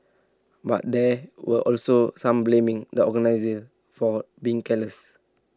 but there were also some blaming the organisers for being careless